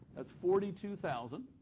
that's forty two thousand,